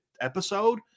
episode